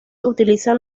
utilizan